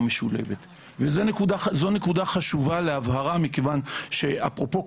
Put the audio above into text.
או משולבת וזו נקודה חשובה להבהרה מכיוון שאפרופו,